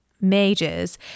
mages